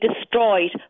destroyed